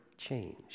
Change